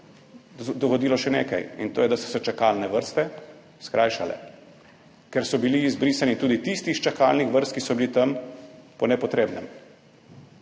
dogodilo še nekaj, in to je to, da so se čakalne vrste skrajšale, ker so bili izbrisani tudi tisti iz čakalnih vrst, ki so bili tam po nepotrebnem.